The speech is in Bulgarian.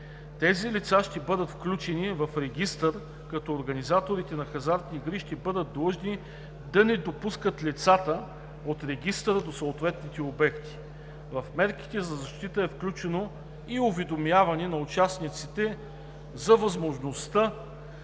Тези лица ще бъдат включвани в регистър, като организаторите на хазартни игри ще бъдат длъжни да не допускат лицата от регистъра до съответните обекти. В мерките за защита е включено и уведомяване на участниците за възможността